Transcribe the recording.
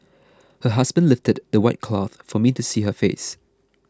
her husband lifted the white cloth for me to see her face